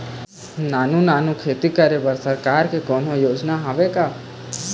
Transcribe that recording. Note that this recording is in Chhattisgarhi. नानू नानू खेती करे बर सरकार के कोन्हो योजना हावे का?